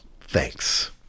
Thanks